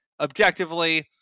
objectively